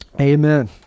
amen